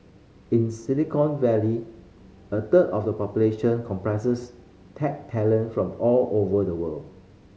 in Silicon Valley a third of the population comprises tech talent from all over the world